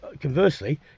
conversely